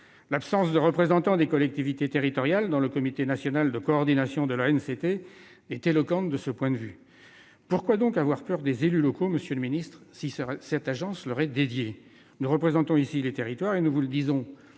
L'absence de représentants des collectivités territoriales au sein du comité national de coordination de l'ANCT est éloquente de ce point de vue. Pourquoi avoir peur des élus locaux, monsieur le ministre, si cette agence leur est dédiée ? Nous représentons ici les territoires et nous vous le disons